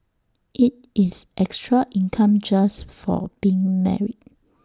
IT is extra income just for being married